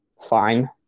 fine